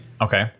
Okay